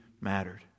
mattered